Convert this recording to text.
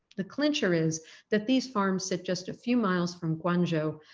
the clincher is that these farms sit just a few miles from guangzhou,